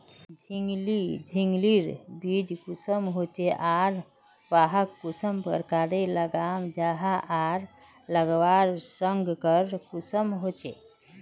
झिंगली झिंग लिर बीज कुंसम होचे आर वाहक कुंसम प्रकारेर लगा जाहा आर लगवार संगकर कुंसम होचे?